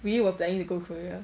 we were planning to go korea